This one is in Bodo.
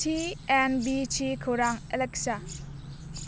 चि एन बि चि खौरां एलेक्सा